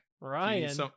Ryan